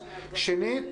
שנית,